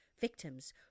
Victims